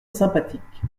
sympathique